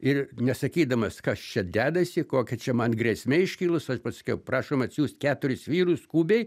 ir nesakydamas kas čia dedasi kokia čia man grėsmė iškilus aš pasakiau prašom atsiųst keturis vyrus skubiai